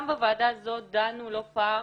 גם בוועדה זו דנו לא פעם